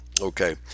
Okay